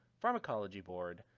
pharmacology board.